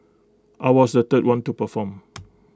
I was the third one to perform